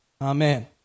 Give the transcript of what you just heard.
Amen